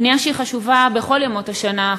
פנייה שהיא חשובה בכל ימות השנה,